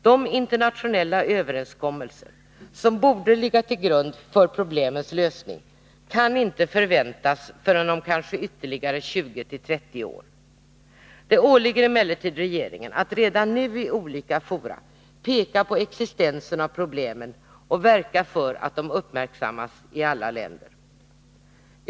De internationella överenskommelser som borde ligga till grund för problemens lösning kan inte förväntas förrän om kanske ytterligare 20-30 år. Det åligger emellertid regeringen att redan nu i olika fora peka på existensen av problemen och verka för att de uppmärksammas i alla länder.